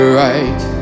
right